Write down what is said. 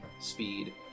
speed